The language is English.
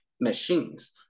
machines